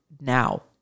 now